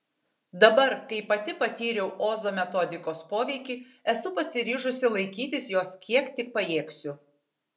dabar kai pati patyriau ozo metodikos poveikį esu pasiryžusi laikytis jos kiek tik pajėgsiu